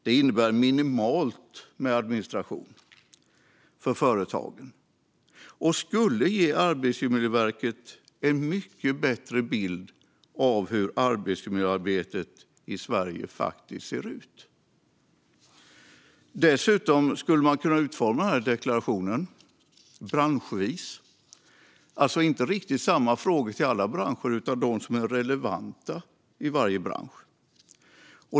Det innebär minimalt med administration för företagen och skulle ge Arbetsmiljöverket en mycket bättre bild av hur arbetsmiljöarbetet i Sverige faktiskt ser ut. Dessutom skulle man kunna utforma den här deklarationen branschvis. Man skulle då inte riktigt ställa samma frågor till alla branscher, utan bara dem som är relevanta i respektive bransch.